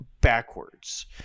backwards